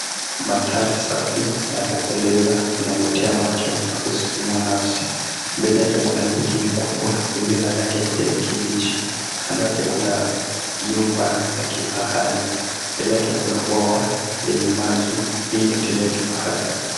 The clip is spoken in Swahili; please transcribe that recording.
Mandhari safi yakupendeza inavutia macho na kusisimua nafsi, mbele yake kuna miti mikubwa iliyo na rangi ya kijani kibichi, kando yake kuna nyumba za kifahari mbele yake kuna bwawa lenye maji, hii ni hoteli ya kifahari.